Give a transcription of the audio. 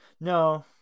No